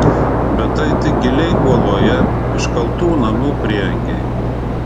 bet tai tik giliai uoloje iškaltų namų prieangiai